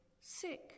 sick